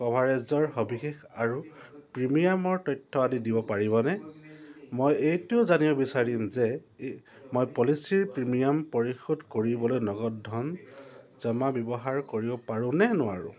কভাৰেজৰ সবিশেষ আৰু প্ৰিমিয়ামৰ তথ্য আদি দিব পাৰিবনে মই এইটোও জানিব বিচাৰিম যে মই পলিচীৰ প্ৰিমিয়াম পৰিশোধ কৰিবলৈ নগদ ধন জমা ব্যৱহাৰ কৰিব পাৰোঁ নে নোৱাৰোঁ